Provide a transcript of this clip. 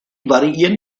variieren